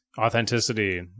authenticity